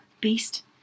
beast